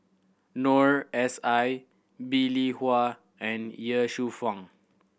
Noor S I Bee Lee Wah and Ye Shufang